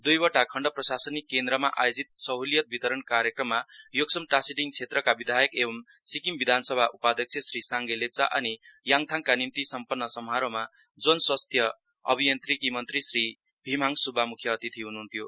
दुईवटा खण्ड प्रशासनिक केन्द्रमा आयोजित सहुलियत वितरण कार्यक्रममा योक्सम टाशीडिङ क्षेत्रका विधायक एवं सिक्किम विधानसभा उपाध्यक्ष श्री साङ्गे लेप्चा अनि याङथाङका निम्ति सम्पन्न समारोहमा जन स्वास्थ्य अभियान्त्रीकी मन्त्री श्री भीमहाङ सुब्बा मुख्य अतिथि हुनु हुन्थ्यो